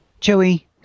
Joey